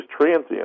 transient